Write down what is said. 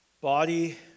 body